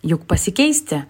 juk pasikeisti